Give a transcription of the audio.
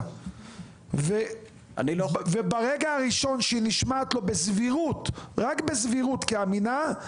אז אמרתי: בסדר, הכול עליי.